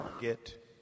get